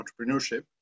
entrepreneurship